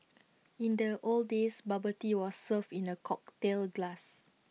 in the old days bubble tea was served in A cocktail glass